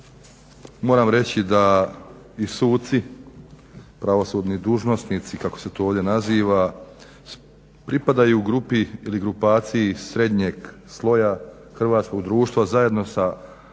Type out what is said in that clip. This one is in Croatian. moram reći da i suci, pravosudni dužnosnici kako se to ovdje naziva pripadaju grupi ili grupaciji srednjeg sloja hrvatskog društva zajedno sa učiteljima,